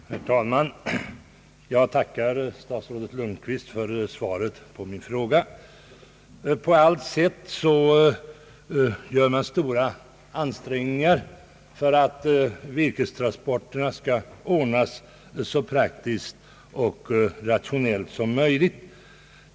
Herr talman! Jag tackar statsrådet Lundkvist för svaret på min fråga. På allt sätt gör man stora ansträngningar för att virkestransporterna skall ordnas så praktiskt och rationellt som möjligt.